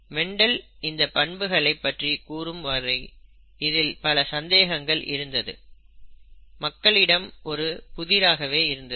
mental இந்தப் பண்புகள் பற்றி கூறும் வரை இதில் பல சந்தேகங்கள் இருந்தது மக்களிடம் ஒரு புதிராகவே இருந்தது